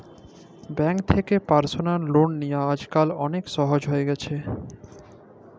bank থ্যাকে personal loan লিয়া আইজকাল অলেক সহজ হ্যঁয়ে গেছে